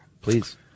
please